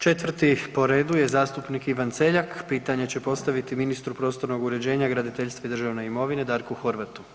Četvrti po redu za zastupnik Ivan Celjak, pitanja će postaviti ministru prostornog uređenja, graditeljstva i državne imovine Darku Horvatu.